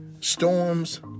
Storms